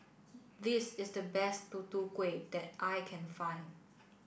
this is the best Tutu Kueh that I can find